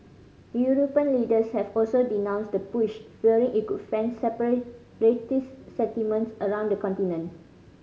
European leaders have also denounced the push fearing it could fan sentiments around the continent